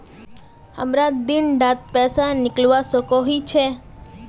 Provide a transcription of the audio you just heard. हमरा दिन डात पैसा निकलवा सकोही छै?